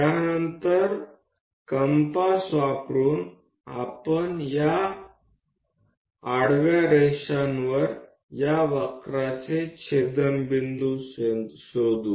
त्यानंतर कंपास वापरुन आपण या आडव्या रेषांवर या वक्रचे छेदनबिंदू शोधू